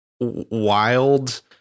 wild